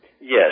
Yes